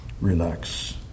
relax